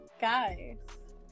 guys